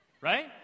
Right